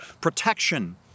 protection